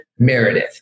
Meredith